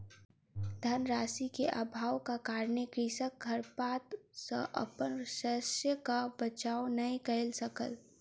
धन राशि के अभावक कारणेँ कृषक खरपात सॅ अपन शस्यक बचाव नै कय सकल